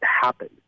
happen